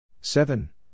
Seven